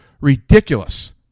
ridiculous